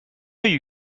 you